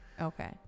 okay